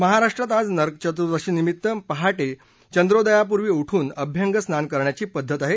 महाराष्ट्रात आज नरकचतुर्दशी निमित्त पहाटे चंद्रोदयापूर्वी उठून अभ्यंगस्नान करण्याची पद्धत आहे